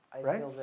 right